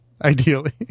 Ideally